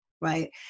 right